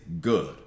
good